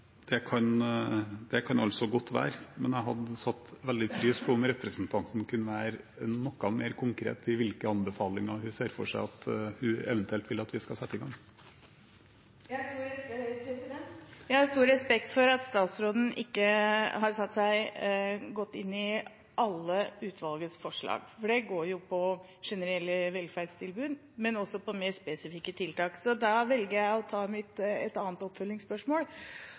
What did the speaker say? Det kan godt være, men jeg hadde satt veldig stor pris på om representanten kunne være noe mer konkret på hvilke anbefalinger hun ser for seg at hun eventuelt vil at vi skal sette i gang. Jeg har stor respekt for at statsråden ikke har satt seg godt inni alle forslagene til utvalget, for det går jo på generelle velferdstilbud, og også på mer spesifikke tiltak. Vi kan komme tilbake til det, jeg ville sette pris på om statsråden kan komme tilbake på et